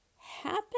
happen